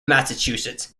massachusetts